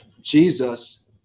Jesus